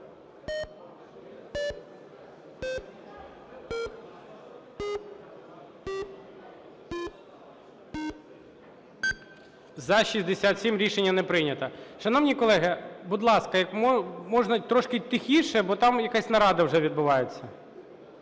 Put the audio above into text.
За-67 Рішення не прийнято. Шановні колеги, будь ласка, як можна, трошки тихіше, бо там якась нарада вже відбувається.